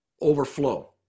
overflow